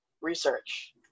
research